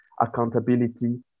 accountability